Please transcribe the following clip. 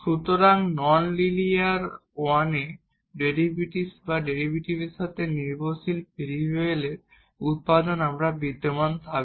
সুতরাং non linear ওয়ান এ ডেরিভেটিভ বা ডেরিভেটিভের সাথে ডিপেন্ডেট ভেরিয়েবলের উৎপাদনে আমরা বিদ্যমান থাকব